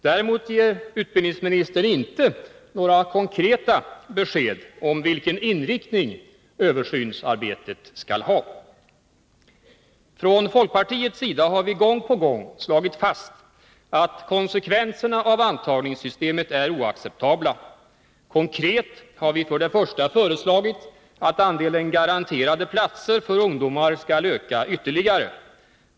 Däremot ger utbildningsministern inte några konkreta besked om vilken inriktning översynsarbetet skall ha. Från folkpartiets sida har vi gång på gång slagit fast att konsekvenserna av antagningssystemet är oacceptabla. Konkret har vi för det första föreslagit att andelen garanterade platser för ungdomar skall öka ytterligare.